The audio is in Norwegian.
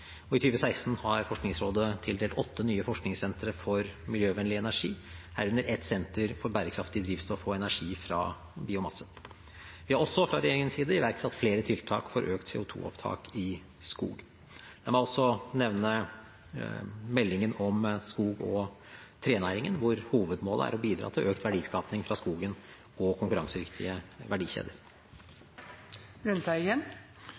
og i 2016 har Forskningsrådet tildelt støtte til åtte nye forskningssentre for miljøvennlig energi, herunder et senter for bærekraftig drivstoff og energi fra biomasse. Vi har også fra regjeringens side iverksatt flere tiltak for økt CO 2 -opptak i skog. La meg også nevne meldingen om skog- og trenæringen, hvor hovedmålet er å bidra til økt verdiskaping fra skogen og konkurransedyktige